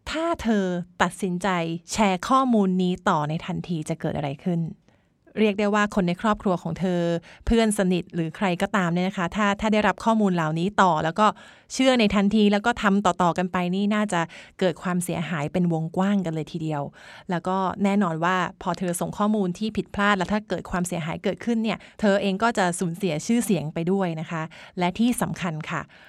ถ้าเธอตัดสินใจแชร์ข้อมูลนี้ต่อในทันที จะเกิดอะไรขึ้น? เรียกได้ว่าคนในครอบครัวของเธอ เพื่อนสนิทหรือใครก็ตามเนี่ยนะคะ ถ้า- ถ้าได้รับข้อมูลเหล่านี้ต่อ แล้วก็เชื่อในทันที แล้วก็ทำต่อๆกันไป นี่น่าจะเกิดความเสียหายเป็นวงกว้างกันเลยทีเดียว แล้วก็แน่นอนว่าพอเธอส่งข้อมูลที่ผิดพลาด แล้วถ้าเกิดความเสียหายเกิดขึ้นเนี่ย เธอเองก็จะสูญเสียชื่อเสียงไปด้วยนะคะ และที่สำคัญค่ะ